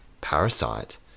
*Parasite*